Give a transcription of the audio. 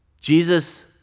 Jesus